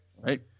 Right